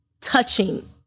touching